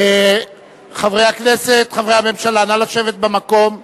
חברי הכנסת, חברי הממשלה, נא לשבת במקום.